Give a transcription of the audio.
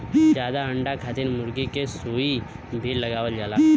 जादा अंडा खातिर मुरगी के सुई भी लगावल जाला